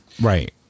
Right